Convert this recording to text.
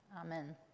Amen